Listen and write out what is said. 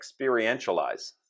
experientialize